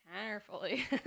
carefully